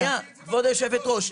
כבוד היושבת-ראש,